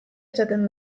izaten